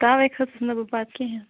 توے کھٔژٕس نہ بہٕ پَتہٕ کِہیٖنۍ